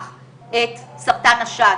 האם אנחנו עוסקים מספיק בהסברה?